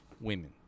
women